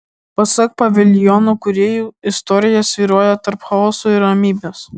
pasak paviljono kūrėjų istorija svyruoja tarp chaoso ir ramybės